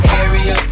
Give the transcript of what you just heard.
area